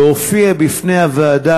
להופיע בפני הוועדה,